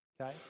Okay